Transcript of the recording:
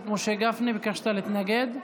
גפני, ביקשת להתנגד?